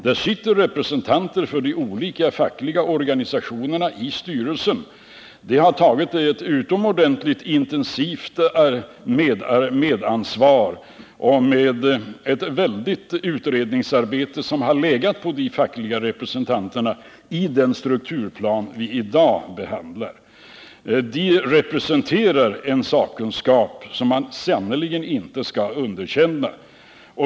Där sitter representanter för de olika fackliga organisationerna i styrelsen. De har tagit medansvar på ett utomordentligt intensivt sätt, och ett väldigt utredningsarbete har utförts av de fackliga representanterna när det gäller den strukturplan som vi dag behandlar. De representerar en sakkunskap som man sannerligen inte skall underkänna.